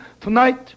tonight